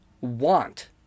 want